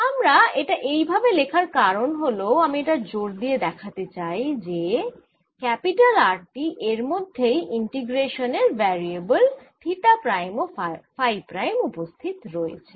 আমার এটা এই ভাবে লেখার কারণ হল আমি এটা জোর দিয়ে দেখাতে চাই যে এই যে R টি এর মধ্যেই ইন্টিগ্রেশান এর ভ্যারিয়েবল থিটা প্রাইম ও ফাই প্রাইম উপস্থিত রয়েছে